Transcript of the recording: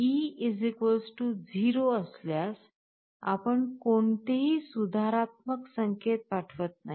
e 0 असल्यास आपण कोणतेही सुधारात्मक संकेत पाठवत नाही